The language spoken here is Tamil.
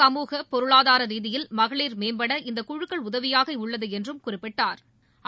சமூக பொருளாதார ரீதியில் மகளிர் மேம்பட இந்த குழுக்கள் உதவியாக உள்ளது என்றும் அவர் குறிப்பிட்டா்